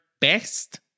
best